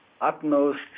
utmost